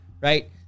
right